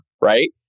right